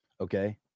Okay